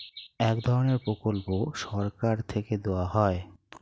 এক ধরনের প্রকল্প সরকার থেকে দেওয়া হয়